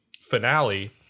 finale